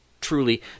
truly